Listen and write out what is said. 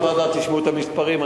בוועדה תשמעו את המספרים.